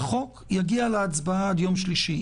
החוק יגיע להצבעה עד יום שלישי.